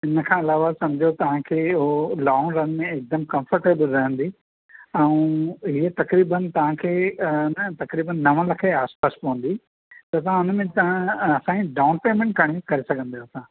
हिन खां अलावा सम्झो तव्हां खे ओ लौंग रन में हिकदमु कम्फरटेबल रहंदी अऊं हीअ तकरीबनि तहांखे तकरीबनि नव लख जे आस पास पवंदी त तव्हां उन में तव्हां असांजी डाउन पेमेंट करणी करे सघंदा आयो तव्हां